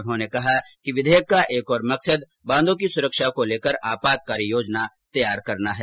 उन्होंने कहा कि विधेयक का एक और मकसद बांधों की सुरक्षा को लेकर आपात कार्ययोजना तैयार करना भी है